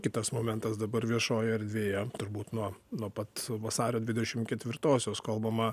kitas momentas dabar viešojoj erdvėje turbūt nuo nuo pat vasario dvidešim ketvirtosios kalbama